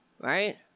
Right